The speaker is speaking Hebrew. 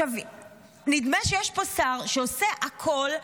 נדמה שיש פה שר שעושה הכול,